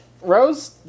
Rose